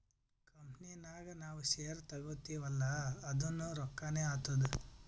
company ನಾಗ್ ನಾವ್ share ತಗೋತಿವ್ ಅಲ್ಲಾ ಅದುನೂ ರೊಕ್ಕಾನೆ ಆತ್ತುದ್